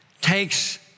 takes